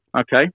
Okay